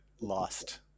lost